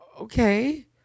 Okay